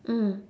mm